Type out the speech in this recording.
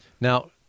Now